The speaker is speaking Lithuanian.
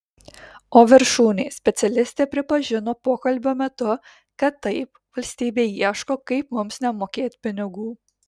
o viršūnė specialistė pripažino pokalbio metu kad taip valstybė ieško kaip mums nemokėt pinigų